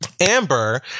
Amber